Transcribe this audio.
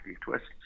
twists